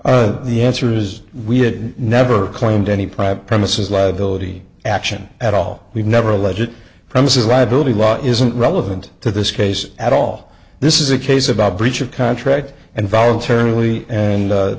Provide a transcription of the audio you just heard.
the answers we had never claimed any private premises liability action at all we've never legit premises rivaled the law isn't relevant to this case at all this is a case about breach of contract and voluntarily and